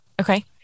Okay